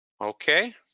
okay